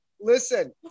Listen